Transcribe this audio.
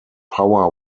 power